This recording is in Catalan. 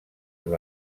amb